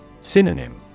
Synonym